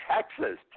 Texas